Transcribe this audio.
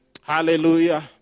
Hallelujah